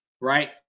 right